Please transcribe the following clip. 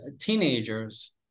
teenagers